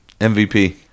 MVP